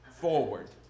forward